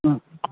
हूं